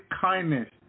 kindness